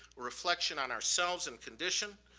reflection on ourselves and condition.